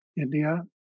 India